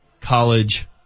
college